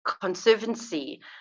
Conservancy